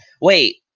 Wait